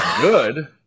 good